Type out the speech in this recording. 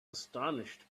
astonished